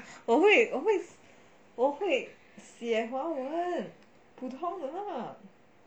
我会我会我会写华文普通的啦